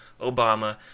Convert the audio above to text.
Obama